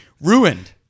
ruined